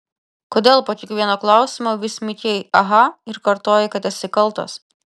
kodėl po kiekvieno klausimo vis mykei aha ir kartojai kad esi kaltas